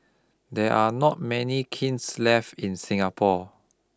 there are not many kilns left in Singapore